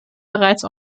bereits